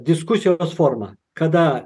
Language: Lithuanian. diskusijos forma kada